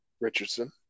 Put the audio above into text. Richardson